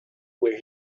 where